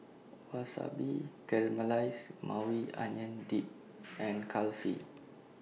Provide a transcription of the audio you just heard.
Wasabi Caramelized Maui Onion Dip and Kulfi